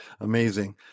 Amazing